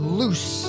loose